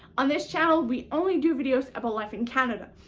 on this channel, we only do videos about life in canada.